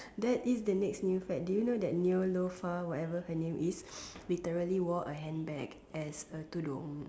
that is the next new fad did you know that Neelofa whatever her name is literally wore a handbag as a tudung